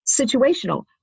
situational